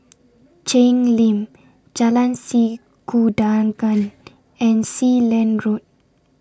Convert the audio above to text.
Cheng Lim Jalan Sikudangan and Sealand Road